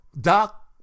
Doc